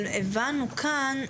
אבל הבנו כאן,